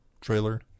trailer